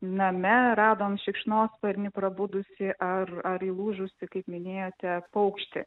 name radom šikšnosparnį prabudusį ar ar įlūžusį kaip minėjote paukštį